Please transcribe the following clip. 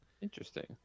interesting